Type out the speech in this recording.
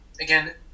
again